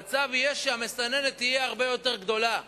המצב יהיה שהמסננת תהיה הרבה יותר גדולה.